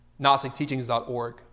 gnosticteachings.org